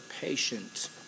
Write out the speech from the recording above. patient